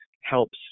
helps